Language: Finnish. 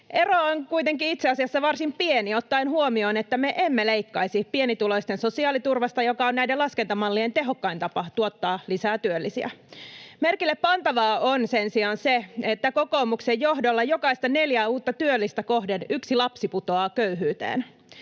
Ero on kuitenkin itse asiassa varsin pieni ottaen huomioon, että me emme leikkaisi pienituloisten sosiaaliturvasta, joka on näiden laskentamallien tehokkain tapa tuottaa lisää työllisiä. Merkillepantavaa on sen sijaan se, että kokoomuksen johdolla jokaista neljää uutta työllistä kohden yksi lapsi putoaa köyhyyteen.